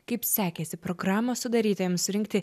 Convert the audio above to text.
kaip sekėsi programos sudarytojams rinkti